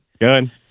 Good